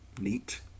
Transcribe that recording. neat